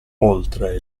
oltre